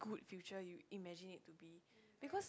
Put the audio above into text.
good future you imagined it it be because